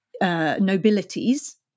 nobilities